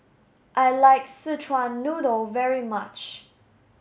I like Szechuan noodle very much